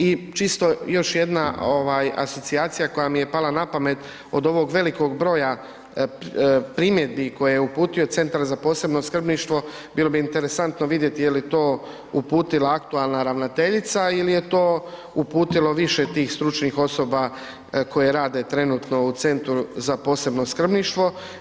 I čisto još jedna asocijacija koja mi je pala na pamet, od ovog velikog broja primjedbi koje je uputio Centar za posebno skrbništvo bilo bi interesantno vidjeti jeli to uputila aktualna ravnateljica ili je to uputilo više tih stručnih osoba koje rade trenutno u Centru za posebno skrbništvo.